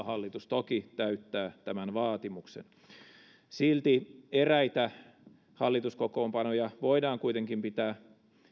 hallitus toki täyttää tämän vaatimuksen silti eräitä hallituskokoonpanoja voidaan kuitenkin pitää